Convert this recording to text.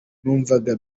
numvaga